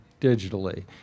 digitally